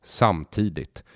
samtidigt